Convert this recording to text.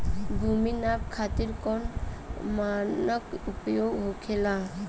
भूमि नाप खातिर कौन मानक उपयोग होखेला?